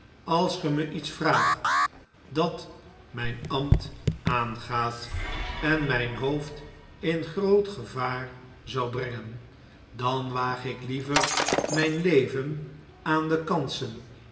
als ge me iets vraagt dat myn ambt aangaat en mijn hoofd in groot gevaar zou brengen dan waag ik liever myn leven aan de kansen